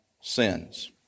sins